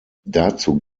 dazu